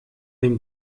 dem